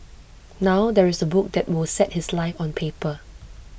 now there is A book that will set his life on paper